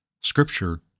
scripture